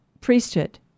priesthood